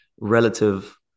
relative